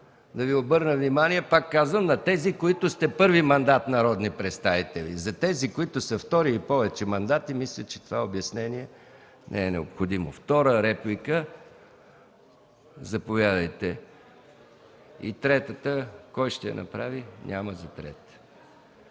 Да Ви обърна внимание, пак казвам, на тези, които сте първи мандат народни представители. За тези, които са втори и повече мандати, мисля, че това обяснение не е необходимо. Втора реплика – заповядайте. ДАНАИЛ КИРИЛОВ (ГЕРБ): Уважаеми